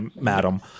madam